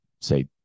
say